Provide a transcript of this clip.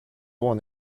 won